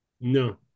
No